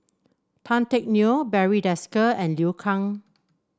Tan Teck Neo Barry Desker and Liu Kang